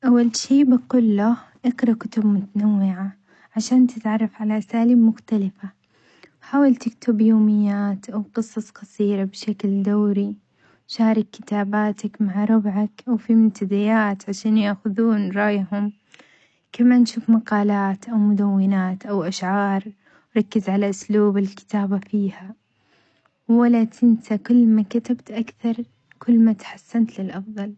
أول شي بقول له إقرا كتب متنوعة عشان تتعرف على أساليب مختلفة، وحاول تكتب يوميات أو قصص قصيرة بشكل دوري وشارك كتاباتك مع ربعك وفي منتديات عشان ياخذون رأيهم، كمان شوف مقالات أو مدونات أو أشعار، ركز على أسلوب الكتابة فيها، ولا تنسى كل ما كتبت أكثر كل ما تحسنت للأفضل.